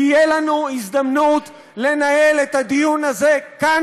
תהיה לנו הזדמנות לנהל את הדיון הזה כאן,